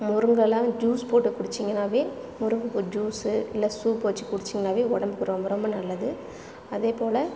முருங்கைலாம் juice போட்டு குடித்திங்கன்னாவே முருங்கப்பூ ஜூஸு இல்லை சூப் வச்சு குடித்திங்கன்னாவே உடம்புக்கு ரொம்ப ரொம்ப நல்லது அதேப்போல